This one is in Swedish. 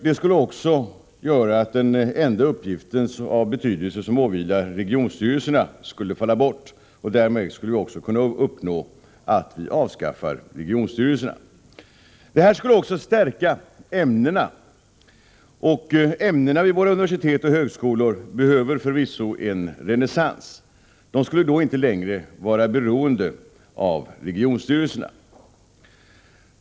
Det skulle också göra att den enda uppgift av betydelse som åvilar regionstyrelserna skulle falla bort, och därmed skulle vi också kunna uppnå att regionstyrelserna avskaffas. Detta skulle även stärka ämnena. Och ämnena vid våra universitet och högskolor behöver förvisso en renässans. De skulle då inte längre vara beroende av regionstyrelserna.